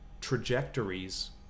trajectories